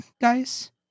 guys